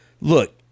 Look